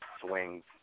swings